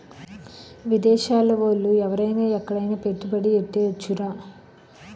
విదేశాల ఓళ్ళు ఎవరైన ఎక్కడైన పెట్టుబడి ఎట్టేయొచ్చురా